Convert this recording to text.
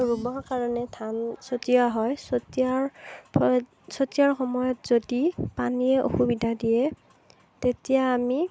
ৰুব কাৰণে ধান ছটিওৱা হয় ছটিওৱাৰ সময়ত ছটিওৱাৰ সময়ত যদি পানীয়ে অসুবিধা দিয়ে তেতিয়া আমি